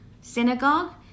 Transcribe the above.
Synagogue